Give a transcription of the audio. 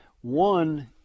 One